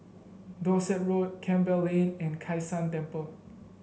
Dorset Road Campbell Lane and Kai San Temple